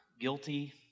guilty